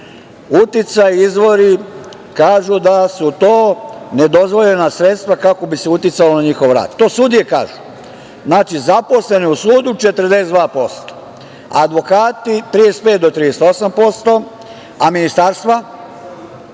uticaj, izvori i kažu da su to nedozvoljena sredstva kako bi se uticalo na njihov rad. To sudije kažu. Znači zaposleni u sudu 42%, advokati 35 do 38%, a ministarstva